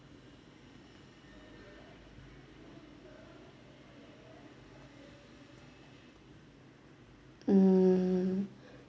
hmm